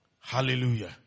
Hallelujah